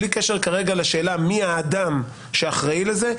בלי קשר כרגע לשאלה מי האדם שאחראי על זה,